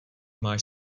máš